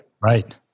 Right